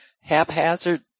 haphazard